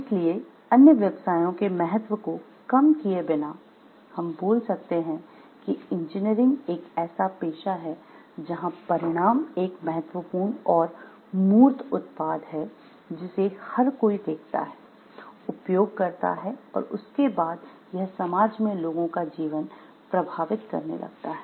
इसलिए अन्य व्यवसायों के महत्व को कम किए बिना हम बोल सकते हैं कि इंजीनियरिंग एक ऐसा पेशा है जहां परिणाम एक महत्वपूर्ण और मूर्त उत्पाद है जिसे हर कोई देखता है उपयोग करता है और उसके बाद यह समाज में लोगों का जीवन प्रभावित करने लगता है